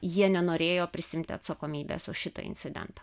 jie nenorėjo prisiimti atsakomybės už šitą incidentą